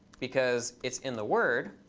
because it's in the word.